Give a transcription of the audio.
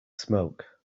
smoke